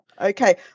Okay